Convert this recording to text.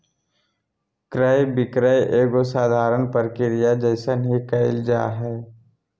क्रय विक्रय एगो साधारण प्रक्रिया जइसन ही क़इल जा हइ